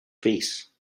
base